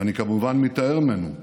ואני כמובן מתנער ממנו,